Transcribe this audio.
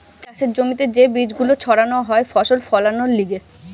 চাষের জমিতে যে বীজ গুলো ছাড়ানো হয় ফসল ফোলানোর লিগে